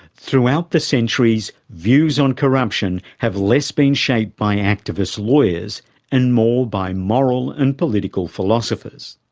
throughout the centuries views on corruption have less been shaped by activist lawyers and more by moral and political philosophers.